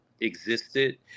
existed